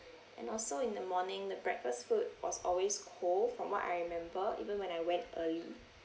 and also in the morning the breakfast food was always cold from what I remember even when I went early